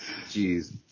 jeez